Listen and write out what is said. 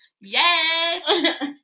Yes